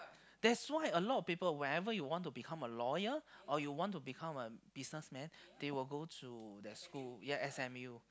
that's why a lot of people whenever you want to become a lawyer or you want to become a businessman they will go to that school ya s_m_u